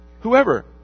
Whoever